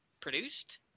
produced